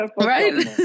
Right